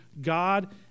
God